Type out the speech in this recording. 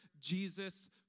Jesus